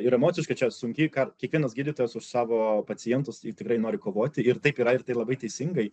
ir emociškai čia sunki ką kiekvienas gydytojas už savo pacientus ir tikrai nori kovoti ir taip yra ir tai labai teisingai